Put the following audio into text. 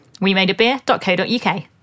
wemadeabeer.co.uk